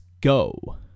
go